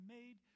made